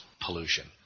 pollution